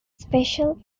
special